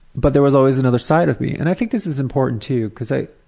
but there was always another side of me and i think this is important too, because i